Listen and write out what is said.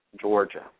Georgia